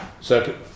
Second